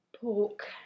Pork